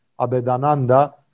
Abedananda